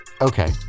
Okay